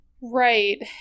right